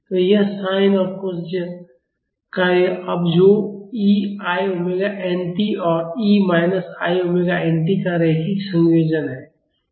तो यह sin और कोज्या कार्य अब जो e i omega n t और e minus i omega n t का रैखिक संयोजन हैं